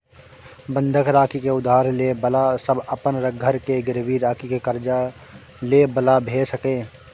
बंधक राखि के उधार ले बला सब अपन घर के गिरवी राखि के कर्जा ले बला भेय सकेए